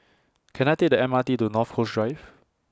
Can I Take The M R T to North Coast Drive